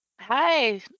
Hi